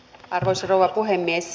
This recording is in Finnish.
arvoisa rouva puhemies